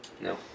no